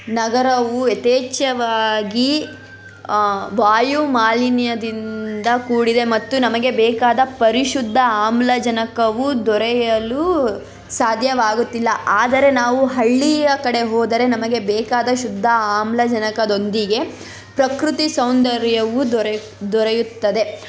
ನಗರವು ಯಥೇಚ್ಛವಾಗಿ ವಾಯುಮಾಲಿನ್ಯದಿಂದ ಕೂಡಿದೆ ಮತ್ತು ನಮಗೆ ಬೇಕಾದ ಪರಿಶುದ್ಧ ಆಮ್ಲಜನಕವು ದೊರೆಯಲು ಸಾಧ್ಯವಾಗುತ್ತಿಲ್ಲ ಆದರೆ ನಾವು ಹಳ್ಳಿಯ ಕಡೆ ಹೋದರೆ ನಮಗೆ ಬೇಕಾದ ಶುದ್ಧ ಆಮ್ಲಜನಕದೊಂದಿಗೆ ಪ್ರಕೃತಿ ಸೌಂದರ್ಯವೂ ದೊರೆ ದೊರೆಯುತ್ತದೆ